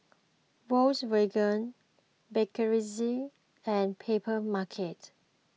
Volkswagen Bakerzin and Papermarket